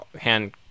hand